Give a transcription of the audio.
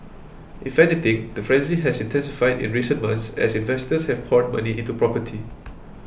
if anything the frenzy has intensified in recent months as investors have poured money into property